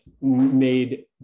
made